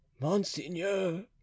Monseigneur